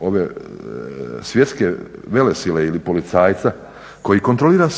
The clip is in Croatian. od svjetske velesile ili policajca koji kontrolira